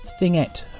thingette